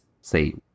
say